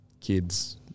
kids